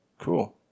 cool